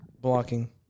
blocking